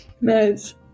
Nice